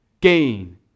Gain